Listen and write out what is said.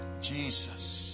Jesus